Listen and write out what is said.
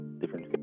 different